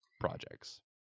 projects